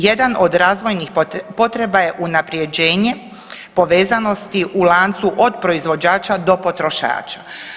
Jedan od razvojnih potreba je unapređenje povezanosti u lancu od proizvođača do potrošača.